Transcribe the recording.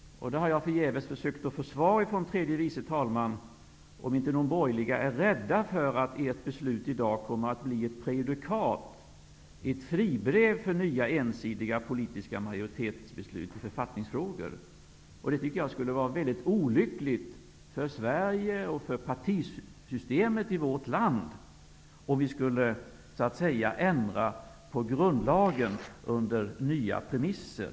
Jag har förgäves försökt få ett svar från tredje vice talman om inte de borgerliga är rädda för att ett beslut i dag kommer att bli ett prejudikat, ett fribrev, för nya ensidiga politiska majoritetsbeslut i författningsfrågor. Det tycker jag skulle vara mycket olyckligt för Sverige och för partisystemet i vårt land. Vi skulle så att säga ändra på grundlagen under nya premisser.